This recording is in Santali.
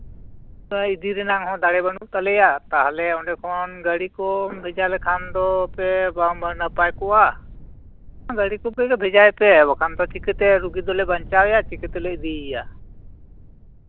ᱦᱚᱥᱯᱤᱴᱟᱞ ᱤᱫᱤ ᱨᱮᱭᱟᱜ ᱦᱚᱸ ᱫᱟᱲᱮ ᱵᱟᱹᱱᱩᱜ ᱛᱟᱞᱮᱭᱟ ᱛᱟᱦᱞᱮ ᱚᱱᱰᱮ ᱠᱷᱚᱱ ᱜᱟᱹᱲᱤ ᱠᱚ ᱵᱷᱮᱡᱟ ᱞᱮᱠᱷᱟᱱ ᱫᱚᱯᱮ ᱵᱟᱝ ᱱᱟᱯᱟᱭ ᱠᱚᱜᱼᱟ ᱜᱟᱹᱰᱤ ᱠᱚᱜᱮ ᱵᱷᱮᱡᱟᱭ ᱯᱮ ᱵᱟᱝᱠᱷᱟᱱ ᱪᱤᱠᱟᱹᱛᱮ ᱨᱩᱜᱤ ᱫᱚᱞᱮ ᱵᱟᱧᱪᱟᱣ ᱮᱭᱟ ᱪᱤᱠᱟᱹ ᱛᱮᱞᱮ ᱤᱫᱤᱭᱮᱭᱟ